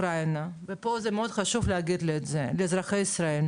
גם פה אני נתקעתי מול העניין הזה.